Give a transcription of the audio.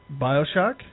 Bioshock